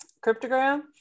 cryptogram